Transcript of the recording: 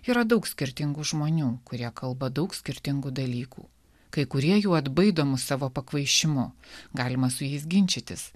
yra daug skirtingų žmonių kurie kalba daug skirtingų dalykų kai kurie jų atbaido mus savo pakvaišimu galima su jais ginčytis